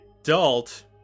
adult